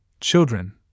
children